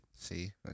See